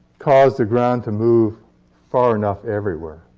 cause the ground to move far enough everywhere.